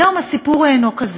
היום הסיפור אינו כזה.